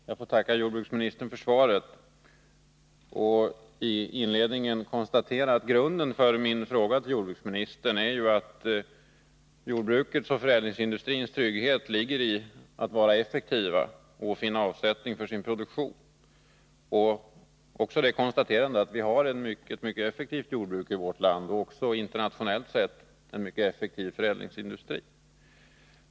Herr talman! Jag får tacka jordbruksministern för svaret. Grunden för min fråga till jordbruksministern är att jordbruket och förädlingsindustrin har sin trygghet i att vara effektiva och finna avsättning för sin produktion. Vi har ett mycket effektivt jordbruk i vårt land och en, även internationellt sett, mycket effektiv förädlingsindustri.